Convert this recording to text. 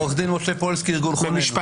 עורך דין משה פולסקי מארגון חוננו.